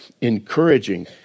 encouraging